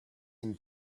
and